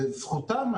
זה זכותם.